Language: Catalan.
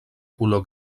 color